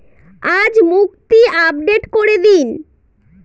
আজ মুক্তি আপডেট করে দিন